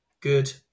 good